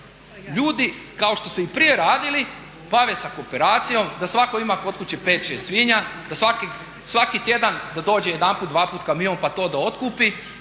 ljudi kao što su i prije radili, bave sa kooperacijom, da svatko ima kod kuće 5-6 svinja, da svaki tjedan da dođe jedanput, dvaput kamion pa to da otkupi